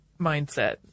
mindset